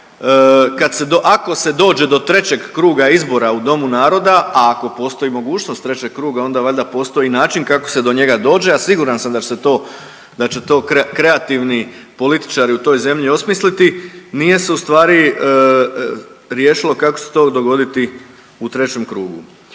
ako se dođe do trećeg kruga izbora u Domu naroda, a ako postoji mogućnost trećeg kruga onda valjda postoji način kako se do njega dođe, a siguran sam da će to kreativni političari u toj zemlji osmisliti, nije se ustvari riješilo kako će se to dogoditi u trećem krugu.